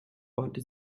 wandte